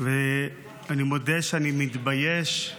ואני מודה שאני מתבייש.